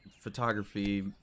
photography